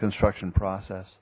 construction process